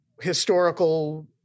historical